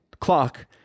clock